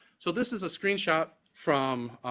so this is a screen shot from,